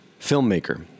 filmmaker